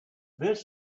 this